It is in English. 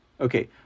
Okay